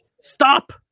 stop